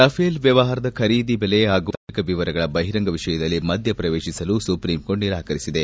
Rafale ವ್ಹವಹಾರದ ಖರೀದಿ ಬೆಲೆ ಹಾಗೂ ಇತರೆ ತಾಂತ್ರಿಕ ವಿವರಗಳ ಬಹಿರಂಗ ವಿಷಯದಲ್ಲಿ ಮಧ್ಯ ಪ್ರವೇಶಿಸಲು ಸುಪ್ರೀಂ ಕೋರ್ಟ್ ನಿರಾಕರಿಸಿದೆ